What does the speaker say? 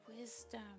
wisdom